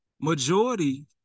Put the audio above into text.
majority